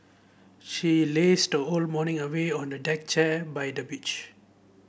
she lazed the whole morning away on a deck chair by the beach